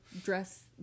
dress